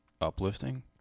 uplifting